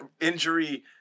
injury